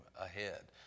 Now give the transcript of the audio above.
ahead